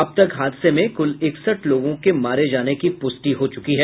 अब तक हादसे में कुल इकसठ लोगों के मारे जाने की पुष्टि हुई है